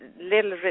little